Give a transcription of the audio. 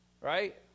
Right